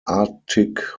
arctic